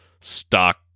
stock